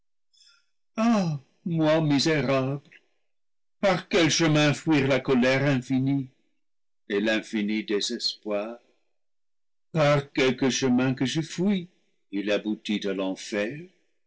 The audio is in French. par quel chemin fuir la colère infinie et l'infini désespoir par quelque chemin que je fuie il abou tit à l'enfer